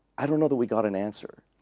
i don't know that we got an answer.